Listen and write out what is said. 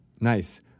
Nice